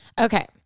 Okay